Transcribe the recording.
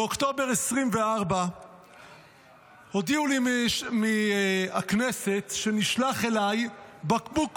באוקטובר 2024 הודיעו לי מהכנסת שנשלח אליי בקבוק ויסקי,